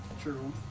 True